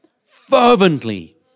fervently